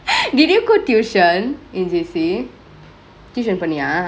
did you go tuition in J_C tuition போனியா:poneeya